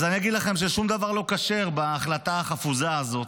אז אני אגיד לכם ששום דבר לא כשר בהחלטה החפוזה הזאת,